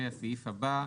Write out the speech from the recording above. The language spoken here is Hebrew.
הסעיף הבא,